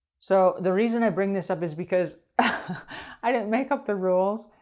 so the reason i bring this up is because i didn't make up the rules.